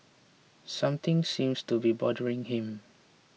something seems to be bothering him